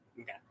Okay